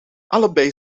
allebei